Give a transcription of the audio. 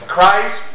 Christ